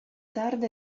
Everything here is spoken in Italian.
tarda